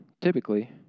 typically